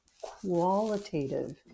qualitative